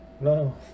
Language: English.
no